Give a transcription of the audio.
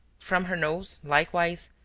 from her nose, likewise,